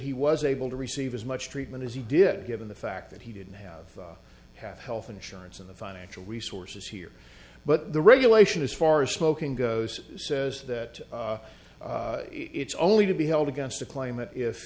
he was able to receive as much treatment as he did given the fact that he didn't have have health insurance and the financial resources here but the regulation as far as smoking goes says that it's only to be held against a claim that if